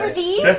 d